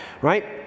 right